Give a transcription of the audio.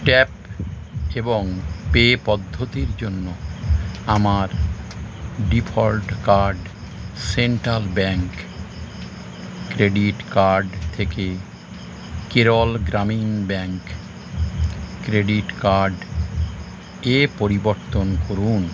tap এবং pay পদ্ধতির জন্য আমার default card central bank credit card থেকে Kerala Gramin bank credit card এ পরিবর্তন করুন